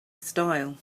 style